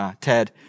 Ted